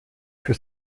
für